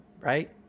right